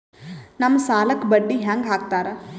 ನಮ್ ಸಾಲಕ್ ಬಡ್ಡಿ ಹ್ಯಾಂಗ ಹಾಕ್ತಾರ?